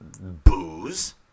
booze